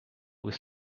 with